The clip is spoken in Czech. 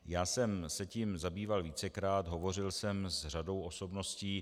Já jsem se tím zabýval vícekrát, hovořil jsem s řadou osobností.